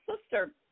sister